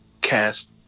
cast